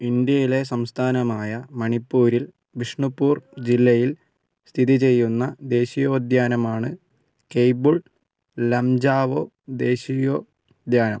ഇന്ത്യയിലെ സംസ്ഥാനമായ മണിപ്പൂരിൽ ബിഷ്ണുപൂർ ജില്ലയിൽ സ്ഥിതി ചെയ്യുന്ന ദേശീയോദ്യാനമാണ് കെയ്ബുൾ ലംജാവോ ദേശീയോദ്യാനം